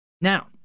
Now